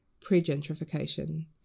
pre-gentrification